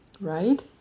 right